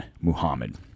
Muhammad